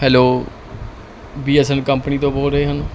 hello B S N L company ਤੋਂ ਬੋਲ ਰਹੇ ਹਨ